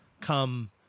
come